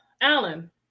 Alan